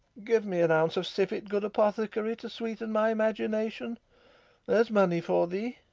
give me an ounce of civet, good apothecary, to sweeten my imagination there's money for thee.